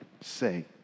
say